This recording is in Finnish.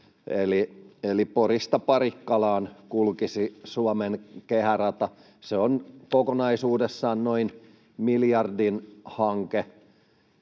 Eli Porista Parikkalaan kulkisi Suomen kehärata. Se on kokonaisuudessaan noin miljardin hanke